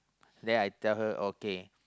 then I tell her okay